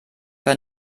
für